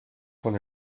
con